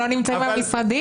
הלשעברים לא נמצאים במשרדים.